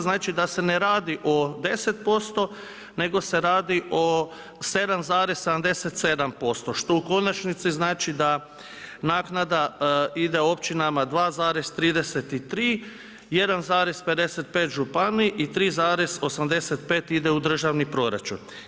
Znači da se ne radi od 10% nego se radi o 7,77% što u konačnici znači da naknada ide općinama 2,33, 1,55 županiji i 3,85 ide u državni proračun.